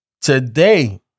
Today